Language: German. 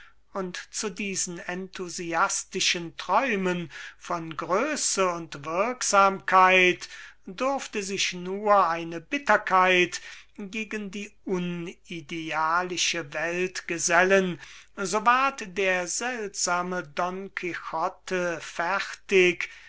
und zu diesen enthusiastischen träumen von größe und wirksamkeit durfte sich nur eine bitterkeit gegen die unidealische welt gesellen so war der seltsame donquixote fertig